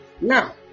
Now